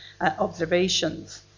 observations